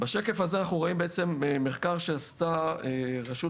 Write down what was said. בשקף הזה אנחנו רואים בעצם במחקר שעשתה הרשות